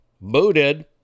booted